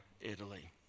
Italy